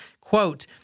quote